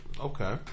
Okay